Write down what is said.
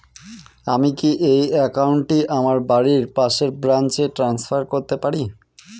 আমি কি এই একাউন্ট টি আমার বাড়ির পাশের ব্রাঞ্চে ট্রান্সফার করতে পারি?